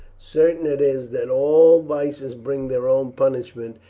certain it is that all vices bring their own punishment,